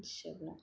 मिथिजोबला